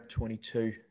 22